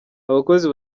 abakozi